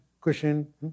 cushion